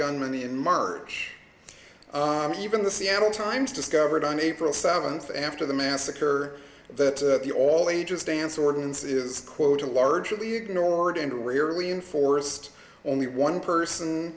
the in march even the seattle times discovered on april seventh after the massacre that the all ages dance ordinance is quote a largely ignored and rarely enforced only one person